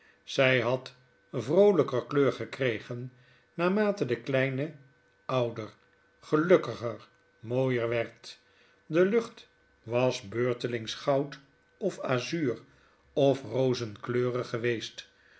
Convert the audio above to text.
zij had vroolyker kleur gekregen naarmate de kleine ouder gelukkiger mooier werd de lucht was beurtelings goud of azuur of rozenkleurig geweest